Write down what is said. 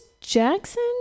Jackson